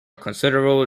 considerable